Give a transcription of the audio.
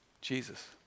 Jesus